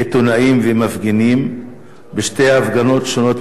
ומפגינים בשתי הפגנות שונות בתל-אביב,